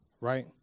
right